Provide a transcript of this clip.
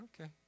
Okay